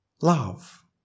love